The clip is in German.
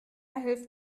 hilft